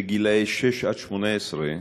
לגילאי שש עד 18,